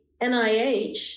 NIH